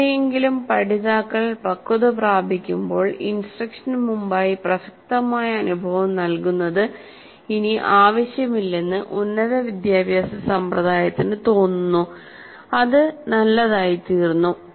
എങ്ങനെയെങ്കിലും പഠിതാക്കൾ പക്വത പ്രാപിക്കുമ്പോൾ ഇൻസ്ട്രക്ഷനു മുമ്പായി പ്രസക്തമായ അനുഭവം നൽകുന്നത് ഇനി ആവശ്യമില്ലെന്ന് ഉന്നത വിദ്യാഭ്യാസ സമ്പ്രദായത്തിന് തോന്നുന്നു അത് നല്ലതായിത്തീർന്നു